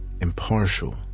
impartial